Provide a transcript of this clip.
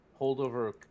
holdover